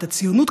את הציונות,